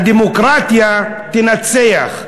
הדמוקרטיה תנצח,